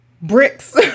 bricks